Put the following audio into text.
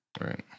Right